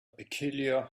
peculiar